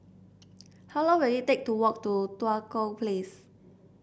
how long will it take to walk to Tua Kong Place